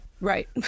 Right